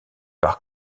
par